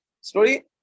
Story